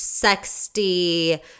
sexy